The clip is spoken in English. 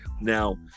now